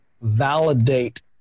validate